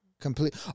Complete